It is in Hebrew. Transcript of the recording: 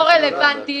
לא רלוונטי.